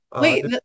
Wait